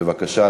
בבקשה.